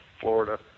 Florida